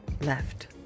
left